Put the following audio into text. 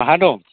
बहा दं